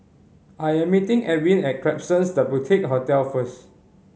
I am meeting Edwin at Klapsons The Boutique Hotel first